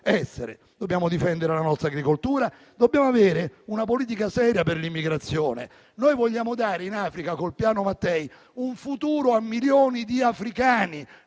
essere. Dobbiamo difendere la nostra agricoltura e dobbiamo avere una politica seria per l'immigrazione. Noi vogliamo dare in Africa, col Piano Mattei, un futuro a milioni di africani: